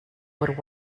would